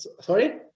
sorry